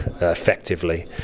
effectively